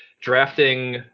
drafting